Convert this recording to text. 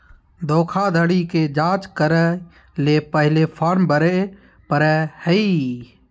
धोखाधड़ी के जांच करय ले पहले फॉर्म भरे परय हइ